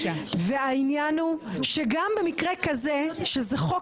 והעניין הוא שגם במקרה כזה שזה חוק